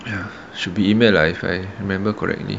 ya should be email lah if I remember correctly